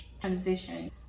transition